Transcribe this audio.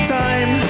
time